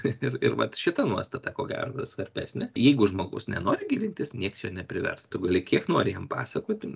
ir ir vat šita nuostata ko gero svarbesnė jeigu žmogus nenori gilintis nieks jo neprivers tu gali kiek nori jam pasakoti